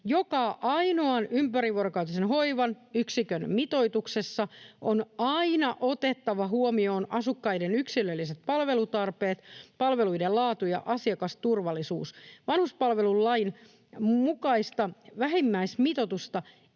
joka ainoan — ympärivuorokautisen hoivan yksikön mitoituksessa on aina otettava huomioon asukkaiden yksilölliset palvelutarpeet, palveluiden laatu ja asiakasturvallisuus. Vanhuspalvelulain mukaista vähimmäismitoitusta